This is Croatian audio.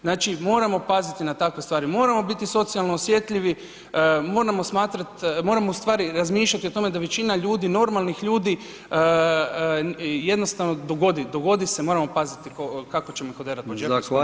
Znači, moramo paziti na takve stvari, moramo biti socijalno osjetljivi, moramo smatrati, moramo u stvari razmišljati o tome da većina ljudi normalnih ljudi jednostavno dogodi se, moramo paziti kako ćemo ih oderati po džepovima